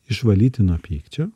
išvalyti nuo pykčio